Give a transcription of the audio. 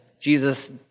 Jesus